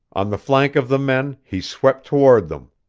on the flank of the men, he swept toward them.